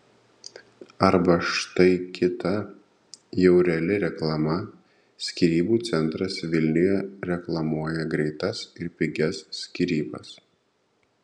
arba štai kita jau reali reklama skyrybų centras vilniuje reklamuoja greitas ir pigias skyrybas